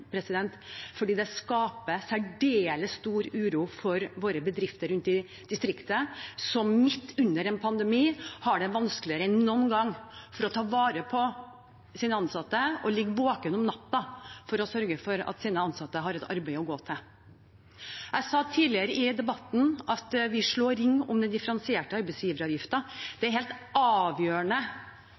det skaper særdeles stor uro i våre bedrifter rundt omkring i distriktene, som midt under en pandemi har det vanskeligere enn noen gang med tanke på å ta vare på sine ansatte. De ligger våkne om natten for å sørge for at deres ansatte har et arbeid å gå til. Jeg har tidligere i debatten sagt at vi slår ring om den differensierte arbeidsgiveravgiften. Det er